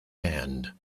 band